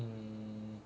mm